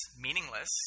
meaningless